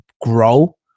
grow